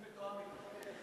אני מתואם אתו.